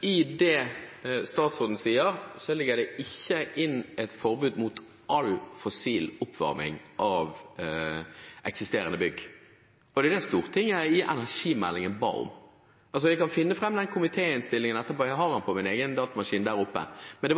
i det statsråden sier, ligger det ikke inne et forbud mot all fossil oppvarming av eksisterende bygg, og det er det Stortinget i energimeldingen ba om. Jeg kan finne fram den komitéinnstillingen etterpå, jeg har den på min egen datamaskin på plassen min.